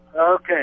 Okay